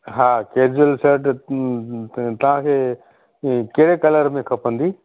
हा casual shirt तव्हांखे कहिड़े कलर में खपंदी